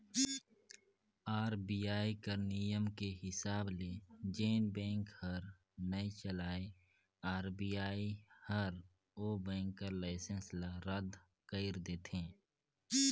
RBI कर नियम के हिसाब ले जेन बेंक हर नइ चलय आर.बी.आई हर ओ बेंक कर लाइसेंस ल रद कइर देथे